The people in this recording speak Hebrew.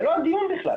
זה לא הדיון בכלל.